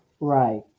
Right